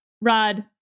Rod